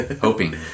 Hoping